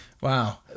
Wow